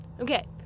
Okay